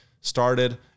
started